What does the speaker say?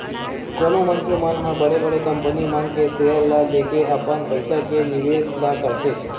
कोनो मनखे मन ह बड़े बड़े कंपनी मन के सेयर ल लेके अपन पइसा के निवेस ल करथे